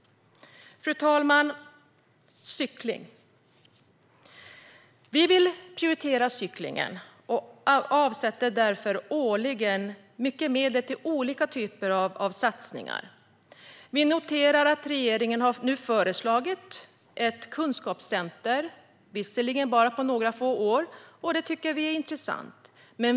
Fru talman! Det handlar också om cykling. Vi liberaler vill prioritera cyklingen och avsätter därför årligen mycket medel till olika typer av satsningar. Vi noterar att regeringen nu har föreslagit ett kunskapscenter, visserligen bara för några få år, vilket vi tycker är intressant.